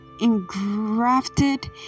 engrafted